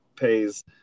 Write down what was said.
pays